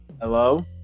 Hello